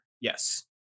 yes